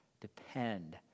Depend